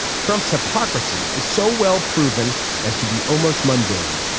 trump's hypocrisy is so well proven as to be almost mundane.